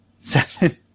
Seven